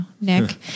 Nick